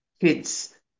kids